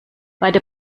beide